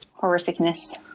horrificness